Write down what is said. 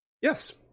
Yes